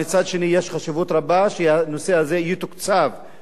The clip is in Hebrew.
יש חשיבות רבה שהנושא הזה יתוקצב בהתאם,